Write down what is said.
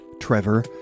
Trevor